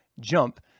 jump